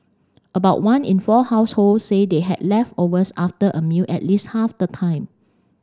about one in four households say they had leftovers after a meal at least half the time